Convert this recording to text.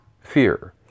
fear